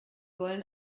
wollen